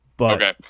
Okay